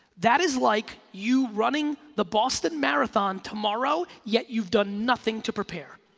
that is like you running the boston marathon tomorrow yet you've done nothing to prepare.